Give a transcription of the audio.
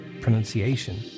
pronunciation